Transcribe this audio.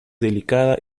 delicada